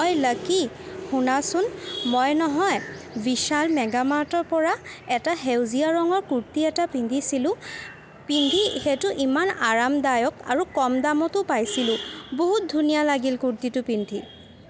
ঐ লাকি শুনাচোন মই নহয় বিশাল মেগামাৰ্টৰপৰা এটা সেউজীয়া ৰঙৰ কুৰ্তি এটা পিন্ধিছিলোঁ পিন্ধি সেইটো ইমান আৰামদায়ক আৰু কম দামতো পাইছিলোঁ বহুত ধুনীয়া লাগিল কুৰ্তীটো পিন্ধি